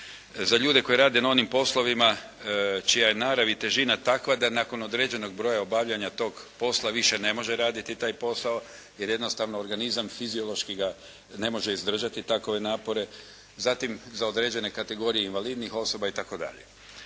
za ljude koji rade na onim poslovima čija je narav i težina takva da nakon određenog broja obavljenog toga posla više ne može raditi taj posao, jer jednostavno organizam fiziološki ga ne može izdržati takove napore. Zatim za određene kategorije invalidnih osoba itd..